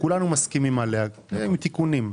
כולנו מסכימים עליה, עם תיקונים.